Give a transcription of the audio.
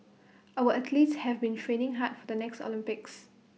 our athletes have been training hard for the next Olympics